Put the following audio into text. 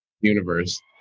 universe